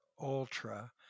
ultra